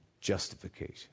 Justification